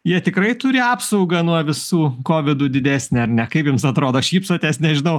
jie tikrai turi apsaugą nuo visų kovidų didesnę ar ne kaip jums atrodo šypsotės nežinau